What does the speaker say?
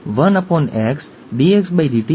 વારસાગત લક્ષણને પાત્ર કહેવામાં આવે છે